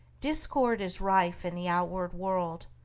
discord is rife in the outward world,